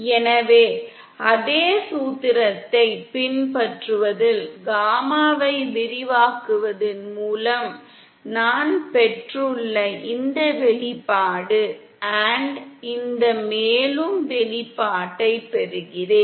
எனவே அதே சூத்திரத்தைப் பின்பற்றுவதில் காமாவை விரிவாக்குவதன் மூலம் நான் பெற்றுள்ள இந்த வெளிப்பாடு மேலும் இந்த வெளிப்பாட்டைப் பெறுகிறேன்